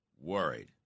worried